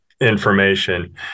information